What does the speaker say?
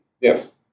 Yes